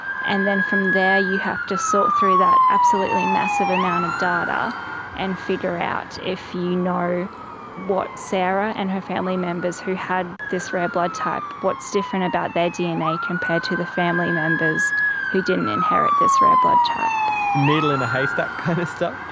and then from there you have to sort through that absolutely massive amount of data and figure out if you know what sarah and her family members who had this rare blood type, what's different about their dna compared to the family members who didn't inherit this rare blood type. needle in a haystack kind of stuff? ah